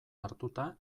hartuta